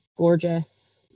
gorgeous